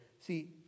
See